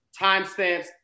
timestamps